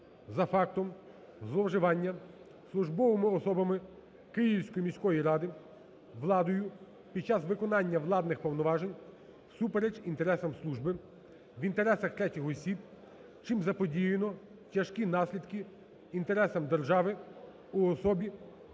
за фактом зловживання службовими особами Київської міською радою владою під час виконання владних повноважень всупереч інтересам служби в інтересах третіх осіб, чим заподіяно тяжкі наслідки інтересам держави у особі